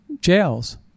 jails